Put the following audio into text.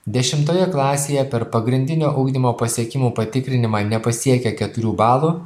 dešimtoje klasėje per pagrindinio ugdymo pasiekimų patikrinimą nepasiekę keturių balų